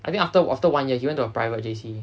I think after after one year he went to a private J_C